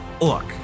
Look